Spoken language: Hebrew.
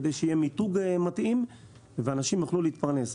כדי שיהיה מיתוג מתאים ואנשים יוכלו להתפרנס.